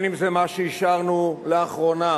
החל במה שאישרנו לאחרונה